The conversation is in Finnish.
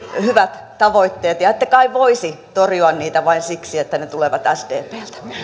hyvät tavoitteet ette kai voisi torjua niitä vain siksi että ne ne tulevat sdpltä